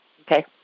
Okay